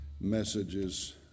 messages